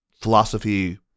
philosophy